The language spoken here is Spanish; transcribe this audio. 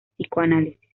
psicoanálisis